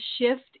shift